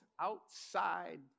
outside